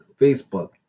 Facebook